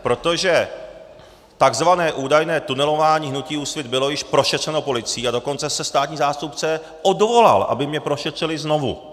Protože tzv. údajné tunelování hnutí Úsvit bylo již prošetřeno policií, a dokonce se státní zástupce odvolal, aby mě prošetřili znovu.